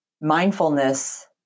mindfulness